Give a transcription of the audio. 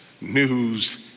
news